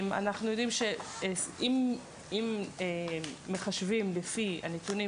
אנחנו יודעים שאם מחשבים לפי הנתונים